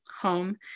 home